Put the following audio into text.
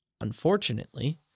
unfortunately